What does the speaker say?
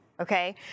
Okay